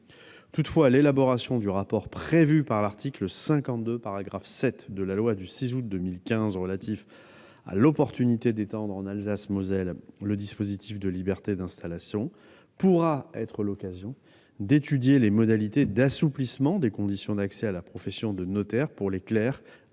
Toutefois, l'élaboration du rapport prévu par l'article 52, paragraphe VII, de la loi du 6 août 2015, relatif à l'opportunité d'étendre en Alsace-Moselle le dispositif de liberté d'installation, pourra être l'occasion d'étudier les modalités d'assouplissement des conditions d'accès à la profession de notaire pour les clercs